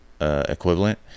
equivalent